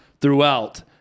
throughout